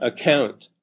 account